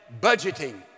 budgeting